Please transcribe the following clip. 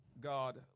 God